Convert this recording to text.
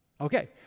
Okay